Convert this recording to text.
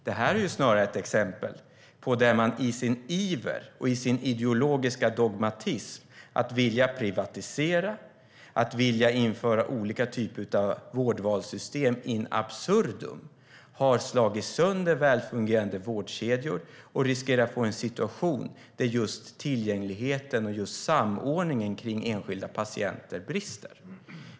Snarare är det ett exempel på att man i sin iver och dogmatism när det gäller att privatisera och att införa olika typer av vårdvalssystem in absurdum har slagit sönder välfungerande vårdkedjor, och man riskerar att få en situation där just tillgängligheten och samordningen när det gäller enskilda patienter brister.